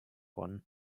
one